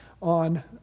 on